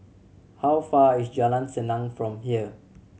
how far is Jalan Senang from here